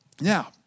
Now